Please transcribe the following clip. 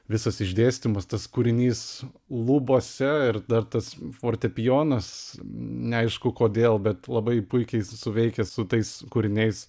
visas išdėstymas tas kūrinys lubose ir dar tas fortepijonas neaišku kodėl bet labai puikiai suveikia su tais kūriniais